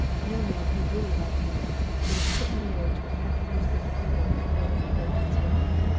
no man who really loved me would have put what he owed to a peck of newspaper people before what he owed to his wife.